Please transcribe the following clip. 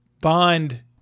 Bond